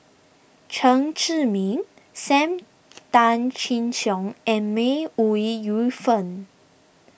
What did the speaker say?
Chen Zhiming Sam Tan Chin Siong and May Ooi Yu Fen